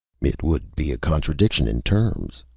it would be a contradiction in terms!